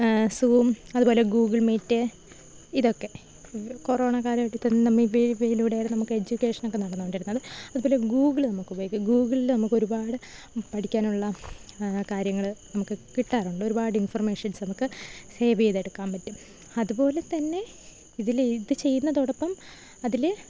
zoom അതുപോലെ Google Meet ഇതൊക്കെ corona കാലഘട്ടത്തിൽ നമ്മ ഇവ ഇവയിലൂടെയാണ് നമുക്കെഡ്യൂക്കേഷനൊക്ക നടന്നുകൊണ്ടിരുന്നത് അതുപോലെ ഗൂഗിള് നമ്മള്ക്കുപയോഗിക്കാം ഗൂഗിള് നമുക്കൊരുപാട് പഠിക്കാനുള്ള കാര്യങ്ങള് നമുക്ക് കിട്ടാറുണ്ട് ഒരുപാട് ഇൻഫൊർമേഷൻസ് നമുക്ക് സേവ്യ്തെടുക്കാന് പറ്റും അതുപോലെ തന്നെ ഇതിലെ ഇത് ചെയ്യുന്നതോടൊപ്പം അതില്